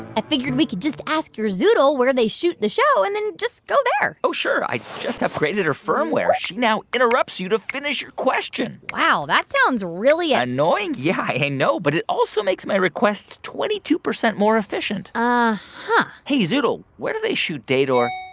i figured we could just ask your zoodle where they shoot the show and then just go there oh, sure, i just upgraded her firmware. she now interrupts you to finish your question wow. that sounds really. annoying? yeah, i know. but it also makes my requests twenty two percent more efficient uh-huh hey, zoodle, where do they shoot date or.